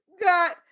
God